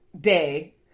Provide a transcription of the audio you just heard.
day